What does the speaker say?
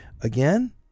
again